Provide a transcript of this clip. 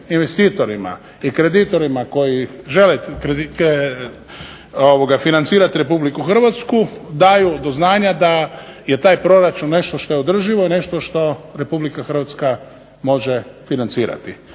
investitorima i kreditorima koji žele financirat Republiku Hrvatsku daju do znanja da je taj proračun nešto što je održivo i nešto što Republika Hrvatska može financirati.